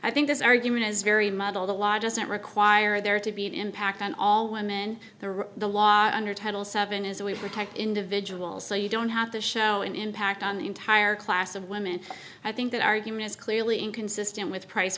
i think this argument is very muddled a lot doesn't require there to be an impact on all women the or the law under title seven is that we protect individuals so you don't have to show an impact on the entire class of women i think that argument is clearly inconsistent with